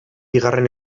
bigarren